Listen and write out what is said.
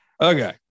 Okay